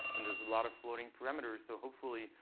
and there's a lot of floating parameters. so hopefully,